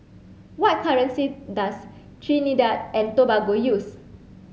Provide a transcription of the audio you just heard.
what currency does Trinidad and Tobago use